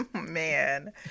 man